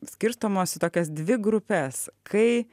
skirstomos į tokias dvi grupes kai